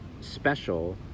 special